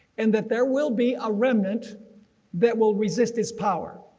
and that there will be a remnant that will resist its power.